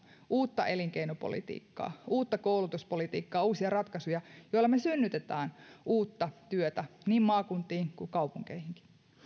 uutta elinkeinopolitiikkaa uutta koulutuspolitiikkaa uusia ratkaisuja joilla me synnytämme uutta työtä niin maakuntiin kuin kaupunkeihinkin